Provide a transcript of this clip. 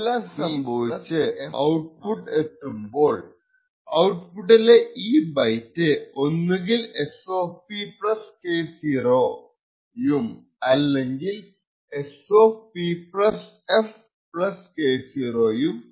അപ്പോൾ ഇതെല്ലം സംഭവിച്ച് ഔട്പുട്ട് എത്തുംമ്പോൾ ഔട്പുട്ടിലെ ഈ ബൈറ്റ് ഒന്നുകിൽ SP K0 അല്ലെങ്കിൽ SP f K0 ആയിരി ക്കും